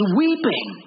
weeping